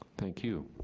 thank you.